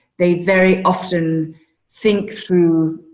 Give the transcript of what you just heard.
they very often think through.